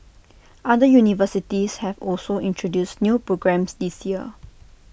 other universities have also introduced new programmes this year